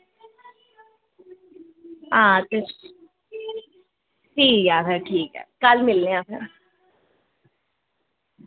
आं ठीक ऐ असें ठीक ऐ कल्ल मिलने आं अस